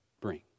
bring